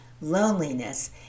loneliness